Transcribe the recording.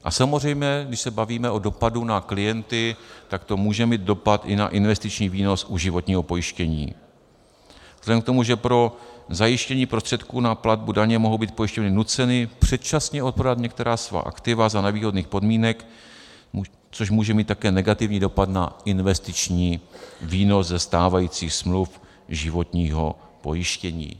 A samozřejmě když se bavíme o dopadu na klienty, tak to může mít dopad i na investiční výnos u životního pojištění vzhledem k tomu, že pro zajištění prostředků na platbu daně mohou být pojišťovny nuceny předčasně odprodat některá svá aktiva za nevýhodných podmínek, což může mít také negativní dopad na investiční výnos ze stávajících smluv životního pojištění.